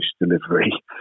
delivery